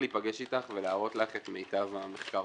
להיפגש אתך ולהראות לך את מיטב המחקר